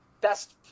best